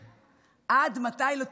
עד מתי הוא ימשיך?